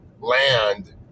land